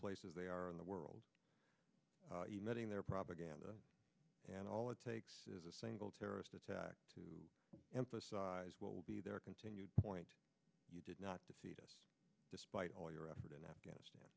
places they are in the world emitting their propaganda and all it takes is a single terrorist attack to emphasize what will be their continued point you did not deceive us despite all your effort in afghanistan